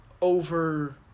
over